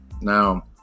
Now